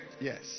Yes